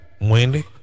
Wendy